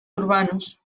urbanos